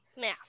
Math